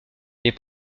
les